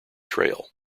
trail